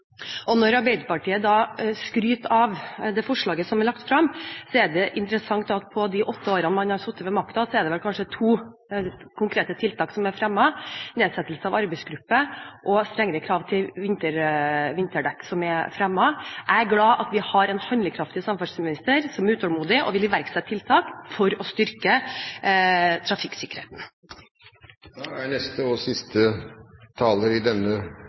Når Arbeiderpartiet skryter av det forslaget som er lagt frem, er det interessant at det i løpet av de åtte årene man satt med makten, ble fremmet kanskje to konkrete tiltak: nedsettelse av arbeidsgruppe og strengere krav til vinterdekk. Jeg er glad for at vi har en handlekraftig samferdselsminister som er utålmodig, og som vil iverksette tiltak for å styrke trafikksikkerheten. Jeg vil takke både interpellanten og